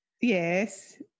Yes